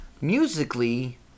Musically